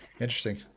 Interesting